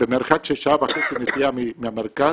במרחק של שעה וחצי נסיעה מהמרכז,